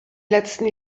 letzten